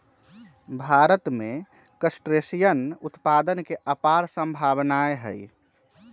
भारत में क्रस्टेशियन उत्पादन के अपार सम्भावनाएँ हई